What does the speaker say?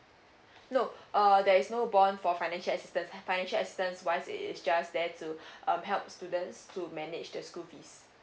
no uh there is no bond for financial assistance financial assistance wise it is just there to um help students to manage the school fees